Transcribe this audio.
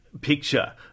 picture